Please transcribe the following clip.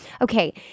Okay